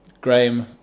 Graham